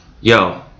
Yo